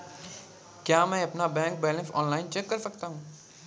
क्या मैं अपना बैंक बैलेंस ऑनलाइन चेक कर सकता हूँ?